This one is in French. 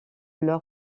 leur